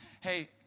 Hey